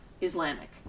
Islamic